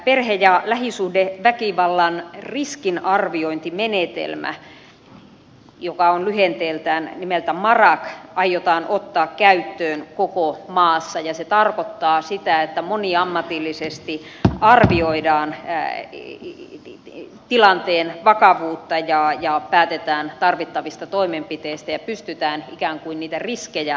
perhe ja lähisuhdeväkivallan riskinarviointimenetelmä joka on lyhenteeltään marak aiotaan ottaa käyttöön koko maassa ja se tarkoittaa sitä että moniammatillisesti arvioidaan tilanteen vakavuutta ja päätetään tarvittavista toimenpiteistä ja pystytään ikään kuin niitä riskejä paremmin kartoittamaan